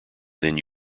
then